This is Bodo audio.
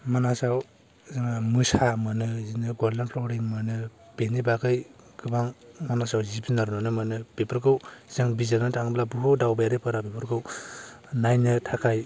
मानासाव जोंहा मोसा मोनो बेदिनो गलडेन प्ल'रि मोनो बेनि बागै गोबां मानासआव जिब जुनार नुनो मोनो बेफोरखौ जों बिजिरनो थाङोब्ला बहुत दावबायारिफोरा बेफोरखौ नायनो थाखाय